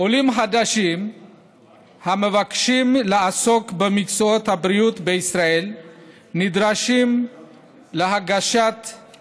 עולים חדשים המבקשים לעסוק במקצועות הבריאות בישראל נדרשים לגשת לבחינות